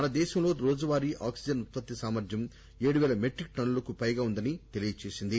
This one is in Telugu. మనదేశంలో రోజువారీ ఆక్సిజన్ ఉత్పత్తి సామర్ట్యం ఏడు పేల మెట్రిక్ టన్నులకు పైగా ఉందని తెలియజేసింది